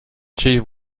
cheese